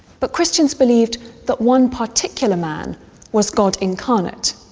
but christians believed that one particular man was god incarnate.